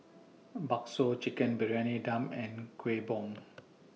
Bakso Chicken Briyani Dum and Kuih Bom